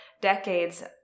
decades